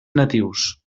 natius